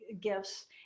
Gifts